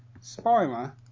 Spoiler